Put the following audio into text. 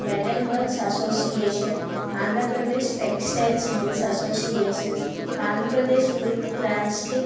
metal works association Andhra Pradesh textiles mills association Andhra Pradesh food plastic